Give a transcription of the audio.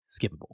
skippable